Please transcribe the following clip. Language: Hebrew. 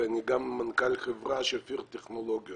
ואני גם מנכ"ל חברת שפיר טכנולוגיות.